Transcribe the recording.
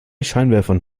scheinwerfern